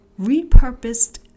Repurposed